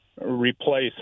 replace